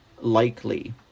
likely